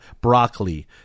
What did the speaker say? broccoli